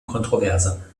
kontroverse